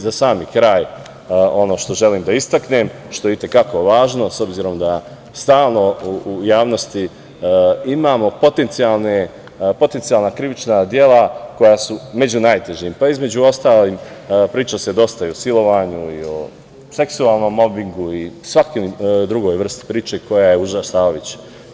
Za sam kraj, ono što želim da istaknem, što je i te kako važno, s obzirom da stalno u javnosti imamo potencijalna krivična dela koja su među najtežim, pa između ostalog priča se dosta i o silovanju, o seksualnom mobingu i svakoj drugoj vrsti priče koja je užasavajuća.